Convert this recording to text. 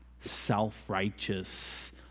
self-righteous